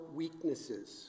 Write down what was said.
weaknesses